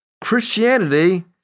Christianity